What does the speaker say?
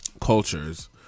cultures